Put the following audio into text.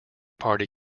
party